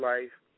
Life